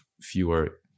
fewer